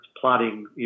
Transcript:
plotting